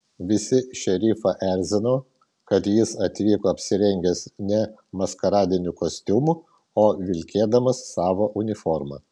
visi šerifą erzino kad jis atvyko apsirengęs ne maskaradiniu kostiumu o vilkėdamas savo uniformą